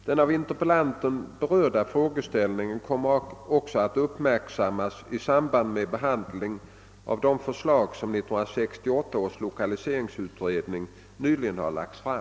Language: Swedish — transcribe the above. Den av interpellanten berörda frågeställningen kommer också att uppmärksammas i samband med behandlingen av de förslag som 1968 års lokaliseringsutredning nyligen har lagt fram.